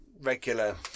regular